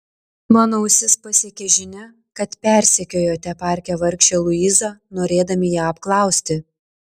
mano ausis pasiekė žinia kad persekiojote parke vargšę luizą norėdami ją apklausti